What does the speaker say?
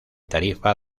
tarifa